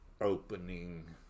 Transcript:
opening